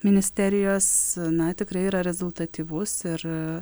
ministerijos na tikrai yra rezultatyvus ir